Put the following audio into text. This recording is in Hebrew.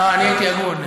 לא, אני הייתי הגון.